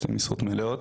שתי משרות מלאות.